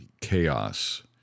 chaos